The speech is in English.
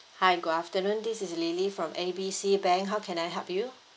hi good afternoon this is lily from A B C bank how can I help you